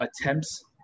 attempts